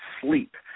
sleep